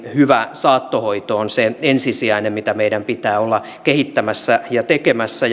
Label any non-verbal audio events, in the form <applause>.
hyvä saattohoito on se ensisijainen mitä meidän pitää olla kehittämässä ja tekemässä <unintelligible>